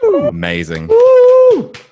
Amazing